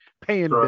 paying